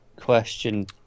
question